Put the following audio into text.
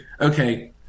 okay